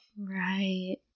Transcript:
Right